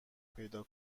پیدا